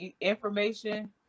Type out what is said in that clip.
information